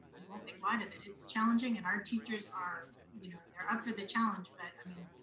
and won't make light of it, it's challenging, and our teachers are, you know, they're up for the challenge. but, i mean,